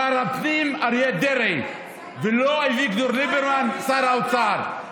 שר הפנים אריה דרעי, ולא אביגדור ליברמן שר האוצר.